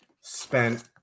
spent